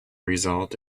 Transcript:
result